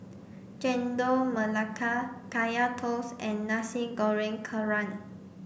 Chendol Melaka Kaya Toast and Nasi Goreng Kerang